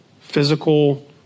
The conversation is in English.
physical